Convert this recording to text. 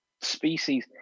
species